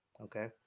okay